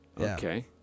Okay